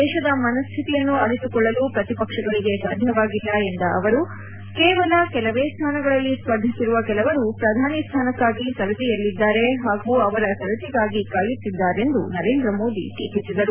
ದೇಶದ ಮನಸ್ಥಿತಿಯನ್ನು ಅರಿತುಕೊಳ್ಳಲು ಪ್ರತಿಪಕ್ಷಗಳಿಗೆ ಸಾಧ್ಯವಾಗಿಲ್ಲ ಎಂದ ಅವರು ಕೇವಲ ಕೆಲವೇ ಸ್ಥಾನಗಳಲ್ಲಿ ಸ್ಪರ್ಧಿಸಿರುವ ಕೆಲವರು ಪ್ರಧಾನಿ ಸ್ಥಾನಕ್ಕಾಗಿ ಸರದಿಯಲ್ಲಿದ್ದಾರೆ ಹಾಗೂ ಅವರ ಸರದಿಗಾಗಿ ಕಾಯುತ್ತಿದ್ದಾರೆಂದು ನರೇಂದ್ರ ಮೋದಿ ಟೀಕಿಸಿದರು